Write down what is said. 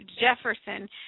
Jefferson